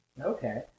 Okay